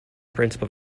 principal